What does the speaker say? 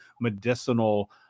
medicinal